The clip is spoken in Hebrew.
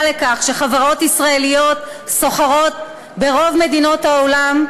לכך שחברות ישראליות סוחרות ברוב מדינות העולם,